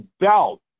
doubt